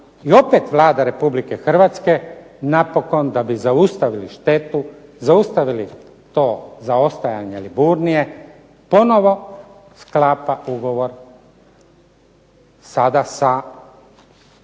i opet Vlada Republike Hrvatske napokon da bi zaustavili štetu, zaustavili to zaostajanje Liburnije ponovo sklapa ugovor sada sa fondom,